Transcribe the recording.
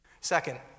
Second